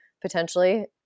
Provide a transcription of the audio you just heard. potentially